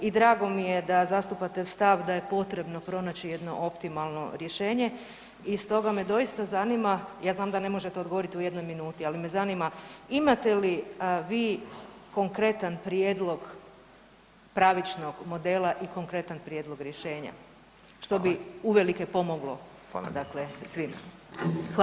I drago mi je da zastupate stav da je potrebno pronaći jedno optimalno rješenje i stoga me doista zanima, ja znam da ne možete odgovorit u jednoj minuti, ali me zanima imate li vi konkretan prijedlog pravičnog modela i konkretan prijedlog rješenja, što bi uvelike pomoglo dakle svim?